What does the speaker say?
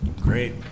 Great